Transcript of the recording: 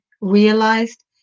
realized